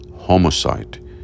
homicide